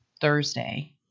thursday